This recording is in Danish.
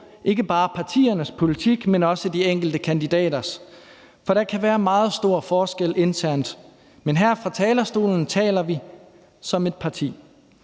ikke bare partiernes politik, men også de enkelte kandidaters. For der kan være meget stor forskel internt. Men her fra talerstolen taler vi som et parti.